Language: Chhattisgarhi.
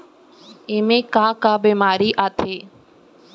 एमा का का बेमारी आथे?